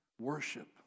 Worship